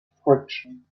friction